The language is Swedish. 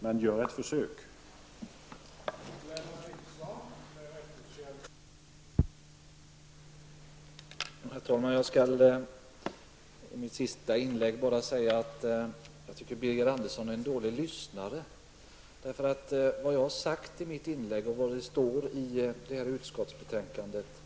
Men gör ett försök att svara!